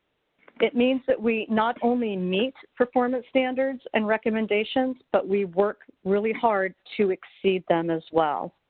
it means that we not only meet performance standards and recommendations, but we work really hard to exceed them as well.